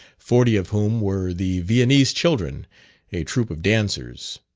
forty of whom were the viennese children a troop of dancers.